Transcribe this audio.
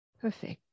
perfect